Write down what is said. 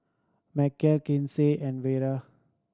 Macel Kinsey and Vera